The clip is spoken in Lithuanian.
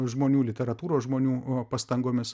žmonių literatūros žmonių pastangomis